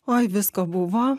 oi visko buvo